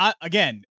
again